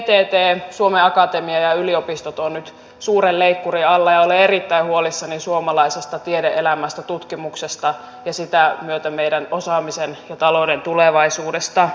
vtt suomen akatemia ja yliopistot ovat nyt suuren leikkurin alla ja olen erittäin huolissani suomalaisesta tiede elämästä tutkimuksesta ja sen myötä meidän osaamisen ja talouden tulevaisuudesta